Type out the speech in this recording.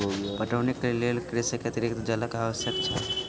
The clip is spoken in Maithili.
पटौनीक लेल कृषक के अतरिक्त जलक आवश्यकता छल